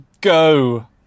go